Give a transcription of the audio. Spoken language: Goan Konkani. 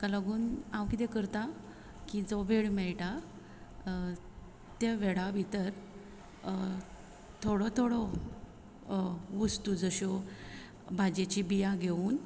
ताका लागून हांव कितें करता की जो वेळ मेळटा त्या वेळा भितर थोडो थोडो वस्तू जश्यो भाजयेची बियां घेवन